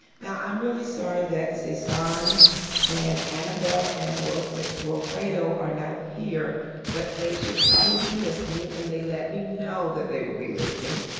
now i'm really sorry that saison and annabel and walfredo walfredo are not here but they should probably be listening and they let me know that they will be listening.